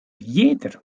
jeder